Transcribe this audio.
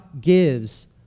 gives